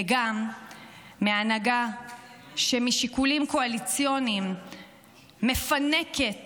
וגם מההנהגה שמשיקולים קואליציוניים מפנקת